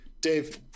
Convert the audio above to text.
dave